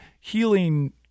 healing